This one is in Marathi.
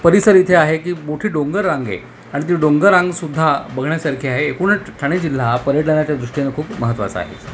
परिसर इथे आहे की मोठी डोंगररांंग आहे आणि ती डोंगररांगसुद्धा बघण्यासारखी आहे एकूणच ठाणे जिल्हा हा पर्टनाच्या दृष्टीने खूप महत्वाचा आहे